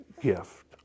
gift